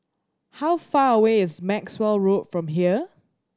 how far away is Maxwell Road from here